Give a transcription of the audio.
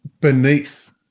beneath